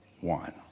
one